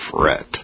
fret